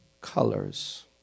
colors